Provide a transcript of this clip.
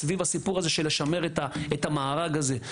כל היום סביב הסיפור הזה של שימור המארג הזה,